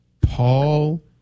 Paul